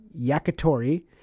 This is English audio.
yakitori